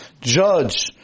judge